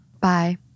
Bye